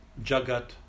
jagat